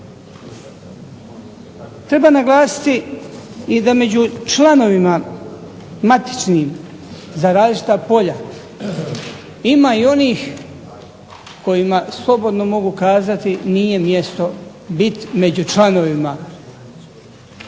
Treba naglasiti i da među članovima matičnim za različita polja ima i onih kojima slobodno mogu kazati nije mjesto biti među članovima